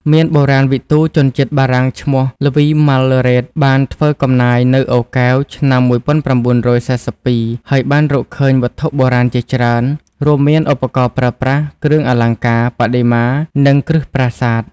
មានបុរាណវិទូជនជាតិបារាំងឈ្មោះ ល្វី ម៉ាល់ឡឺរ៉េត បានធ្វើកំណាយនៅអូរកែវ ឆ្នាំ១៩៤២ ហើយបានរកឃើញបុរាណវត្ថុជាច្រើន រួមមានឧបករណ៍ប្រើប្រាស់ គ្រឿងអលង្ការ បដិមា និងគ្រឹះប្រាសាទ។